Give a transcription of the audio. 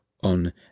on